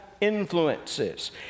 influences